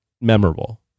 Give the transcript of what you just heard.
memorable